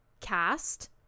cast